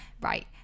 right